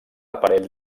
aparell